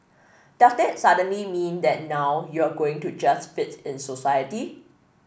does that suddenly mean that now you're going to just fit in society